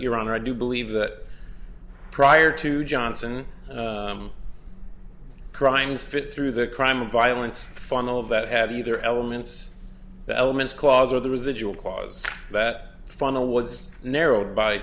honor i do believe that prior to johnson crimes fit through the crime of violence funnel that have either elements the elements clause or the residual clause that funnel was narrowed by